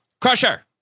Crusher